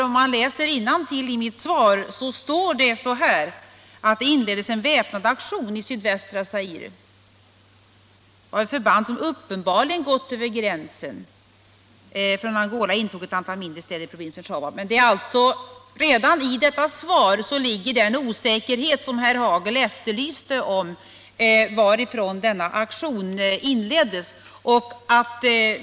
Om man läser innantill i mitt svar finner man att det står så här: Redan i detta svar ligger den osäkerhet som herr Hagel efterlyste om varifrån aktionen inleddes.